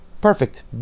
Perfect